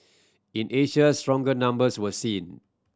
in Asia stronger numbers were seen